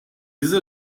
diese